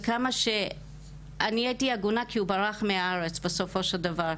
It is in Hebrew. וכמה שאני הייתי עגונה כי הוא ברח מהארץ בסופו של דבר.